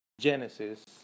Genesis